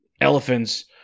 elephants